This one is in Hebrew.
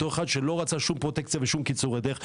בתור אחד שלא רצה שום פרוטקציה ושום קיצורי דרך,